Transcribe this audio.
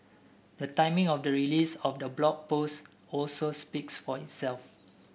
the timing of the release of the Blog Post also speaks for itself